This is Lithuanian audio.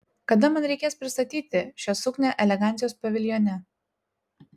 kada man reikės pristatyti šią suknią elegancijos paviljone